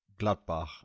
Gladbach